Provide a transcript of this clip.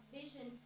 vision